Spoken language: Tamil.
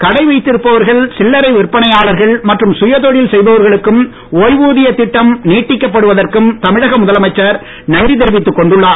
கடை வைத்திருப்பவர்கள் சில்லரை விற்பனையாளர்கள் மற்றும் சுயதொழில் செய்பவர்களுக்கும் ஓய்வூதிய திட்டம் நீட்டிக்கப்படுவதற்கும் தமிழக முதலமைச்சர் நன்றி தெரிவித்தக் கொண்டுள்ளார்